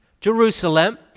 Jerusalem